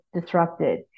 disrupted